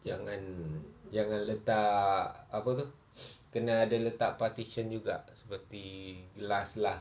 jangan jangan letak apa itu kena ada letak partition juga seperti gelas lah